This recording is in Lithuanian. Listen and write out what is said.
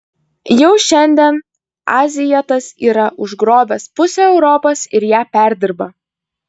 jau šiandien azijatas yra užgrobęs pusę europos ir ją perdirba